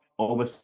over